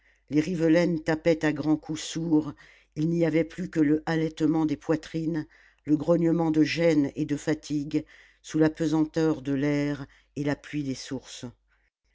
les rivelaines tapaient à grands coups sourds il n'y avait plus que le halètement des poitrines le grognement de gêne et de fatigue sous la pesanteur de l'air et la pluie des sources